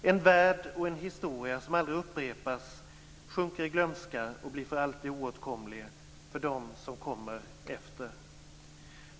En värld och en historia som aldrig upprepas sjunker i glömska och blir för alltid oåtkomlig för dem som kommer efter.